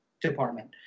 department